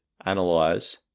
analyze